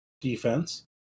defense